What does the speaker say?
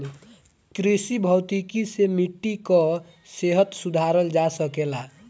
कृषि भौतिकी से मिट्टी कअ सेहत सुधारल जा सकेला